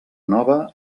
nova